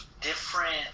different